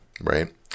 right